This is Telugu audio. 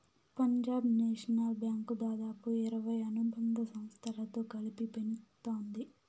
పంజాబ్ నేషనల్ బ్యాంకు దాదాపు ఇరవై అనుబంధ సంస్థలతో కలిసి పనిత్తోంది